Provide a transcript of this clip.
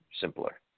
simpler